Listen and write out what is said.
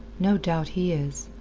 no doubt he is.